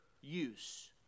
use